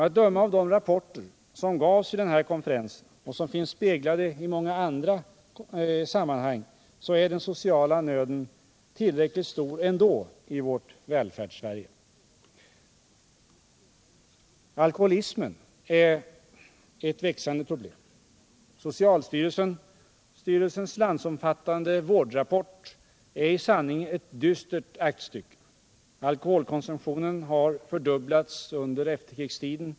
Att döma av de rapporter som gavs vid denna konferens och som finns speglade i många andra sammanhang, är den sociala nöden tillräckligt stor ändå i vårt välfärdssverige. Alkoholismen är ett växande problem. Socialstyrelsens landsomfattande vårdrapport är i sanning ett dystert aktstycke. Alkoholkonsumtionen har fördubblats under efterkrigstiden.